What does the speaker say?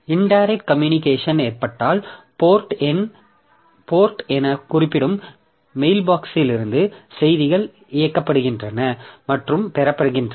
indirect communication ஏற்பட்டால் port என குறிப்பிடப்படும் மெயில்பாக்ஸ்களிலிருந்து செய்திகள் இயக்கப்படுகின்றன மற்றும் பெறப்படுகின்றன